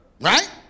right